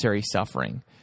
suffering